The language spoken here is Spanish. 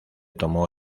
tomó